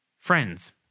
Friends